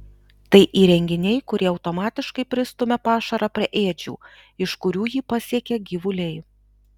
tai įrenginiai kurie automatiškai pristumia pašarą prie ėdžių iš kurių jį pasiekia gyvuliai